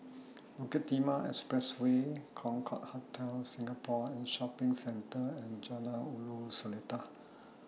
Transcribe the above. Bukit Timah Expressway Concorde Hotel Singapore and Shopping Centre and Jalan Ulu Seletar